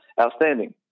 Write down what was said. outstanding